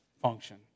function